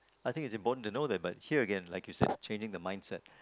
I think it's important to know that but hear again like you said changing the mindset